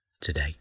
today